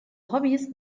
hobbys